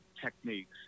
techniques